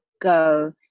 go